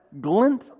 glint